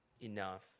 enough